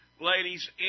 Ladies